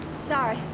sorry.